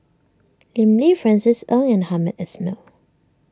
Lim Lee Francis Ng and Hamed Ismail